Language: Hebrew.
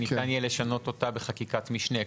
שניתן יהיה לשנות אותה בחקיקת משנה?